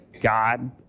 God